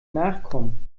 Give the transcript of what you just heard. nachkommen